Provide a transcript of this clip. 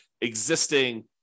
existing